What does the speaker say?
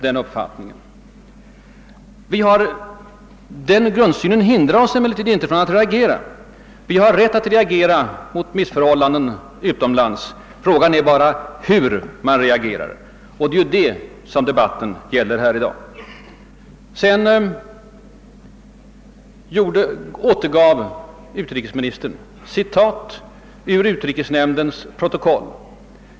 Denna grundsyn hindrar oss emellertid inte från att reagera. Vi har rätt att och skall reagera mot missförhållanden utomlands. Frågan är bara hur man gör det, och det är det som debatten i dag gäller. Utrikesministern återgav vidare delar av utrikesnämndens protokoll.